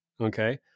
okay